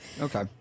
Okay